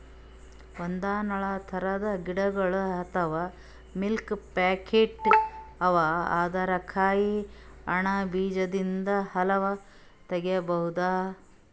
ಹದ್ದ್ನೊಳ್ ಥರದ್ ಗಿಡಗೊಳ್ ಅಥವಾ ಮಿಲ್ಕ್ ಪ್ಲಾಂಟ್ ಅವಾ ಅದರ್ ಕಾಯಿ ಹಣ್ಣ್ ಬೀಜದಿಂದ್ ಹಾಲ್ ತಗಿಬಹುದ್